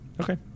Okay